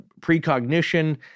precognition